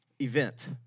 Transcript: event